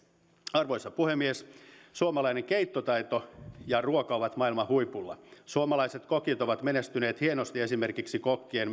arvoisa puhemies suomalainen keittotaito ja ruoka ovat maailman huipulla suomalaiset kokit ovat menestyneet hienosti esimerkiksi kokkien